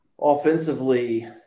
offensively